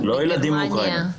לא, לא ילדים מאוקראינה.